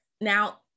Now